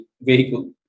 vehicle